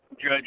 judge